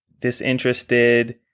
disinterested